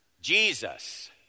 Jesus